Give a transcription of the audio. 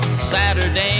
saturday